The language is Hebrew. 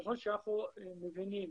וככל שאנחנו מבינים